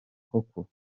koko